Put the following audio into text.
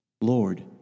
Lord